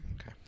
Okay